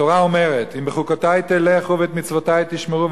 התורה אומרת: "אם בחֻקֹתי תלכו ואת מצותי תשמרו,